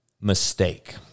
mistake